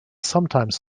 sometimes